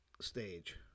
stage